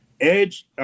Edge